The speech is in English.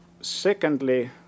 Secondly